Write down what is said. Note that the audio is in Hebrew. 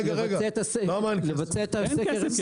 כי אין כסף,